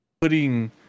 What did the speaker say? putting